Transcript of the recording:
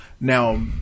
Now